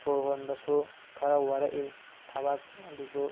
ꯁꯣꯔ ꯍꯣꯟꯕꯁꯨ ꯈꯔ ꯋꯥꯔꯛꯏ ꯊꯕꯥꯛ ꯑꯗꯨꯁꯨ